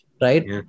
right